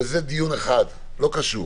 וזה דיון אחד שלא קשור.